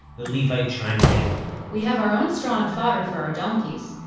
the levite chimed in we have our own straw and fodder for our donkeys,